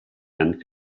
and